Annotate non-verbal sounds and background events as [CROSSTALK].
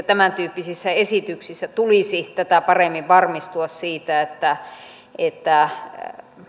[UNINTELLIGIBLE] tämäntyyppisissä esityksissä tulisi tätä paremmin varmistua siitä että että